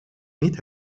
niet